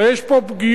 הרי יש פה פגיעה